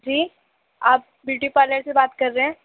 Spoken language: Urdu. جی آپ بیوٹی پارلر سے بات کر رہے ہیں